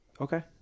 okay